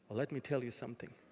let me tell you something.